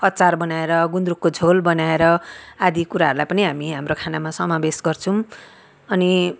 अचार बनाएर गुन्द्रुकको झोल बनाएर आदि कुराहरूलाई पनि हामी हाम्रो खानामा समावेश गर्छौँ अनि